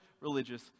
religious